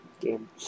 game